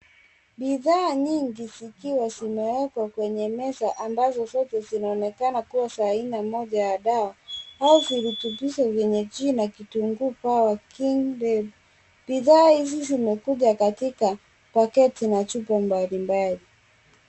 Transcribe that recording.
Bidhaa nyingi zikiwa zimewekwa kwenye meza ambazo zote zinaonekana kuwa za aina moja ya dawa au virutubisho vyenye jina kitunguu power king rail . Bidhaa hizi zimekuja katika pakiti na chupa mbalimbali.